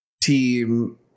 team